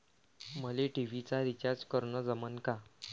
मले टी.व्ही चा रिचार्ज करन जमन का?